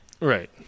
Right